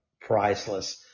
priceless